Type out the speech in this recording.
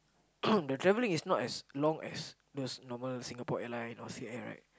the travelling is not as long as those normal Singapore-Airline or SilkAir right